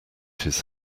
his